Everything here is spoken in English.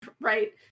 Right